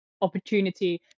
opportunity